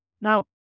now